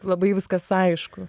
labai viskas aišku